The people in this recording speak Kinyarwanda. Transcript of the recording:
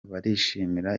barishimira